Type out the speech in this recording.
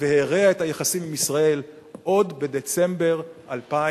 והרעה את היחסים עם ישראל עוד בדצמבר 2008,